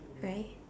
right